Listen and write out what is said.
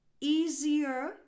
easier